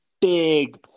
big